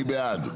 מי בעד?